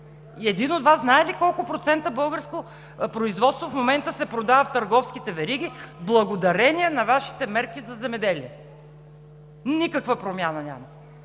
един от Вас знае ли колко процента българско производство в момента се продава в търговските вериги благодарение на Вашите мерки за земеделие?! Никаква промяна няма!